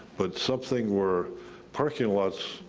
but something where parking lots,